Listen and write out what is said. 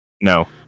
No